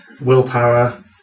willpower